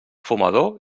fumador